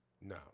No